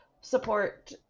support